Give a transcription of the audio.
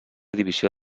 divisió